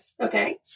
Okay